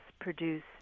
produce